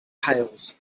hails